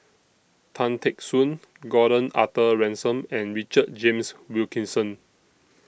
Tan Teck Soon Gordon Arthur Ransome and Richard James Wilkinson